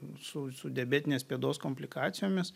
su su diabetinės pėdos komplikacijomis